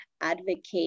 advocate